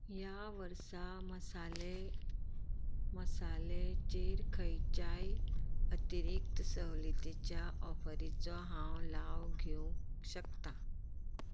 ह्या वर्सा मसाले मसाले चेर खंयच्याय अतिरिक्त सवलतीच्या ऑफरीचो हांव लाव घेवंक शकता